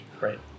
Right